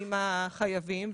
עם חייבים,